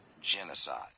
genocide